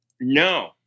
No